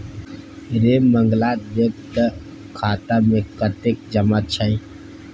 रे मंगला देख तँ खाता मे कतेक जमा छै